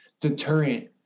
deterrent